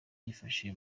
byifashe